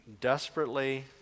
desperately